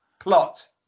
Plot